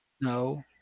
No